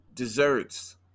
Desserts